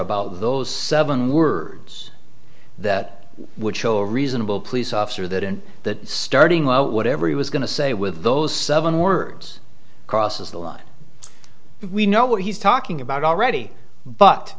about those seven words that would show reasonable police officer that in that starting with whatever he was going to say with those seven words crosses the line we know what he's talking about already but